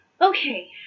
Okay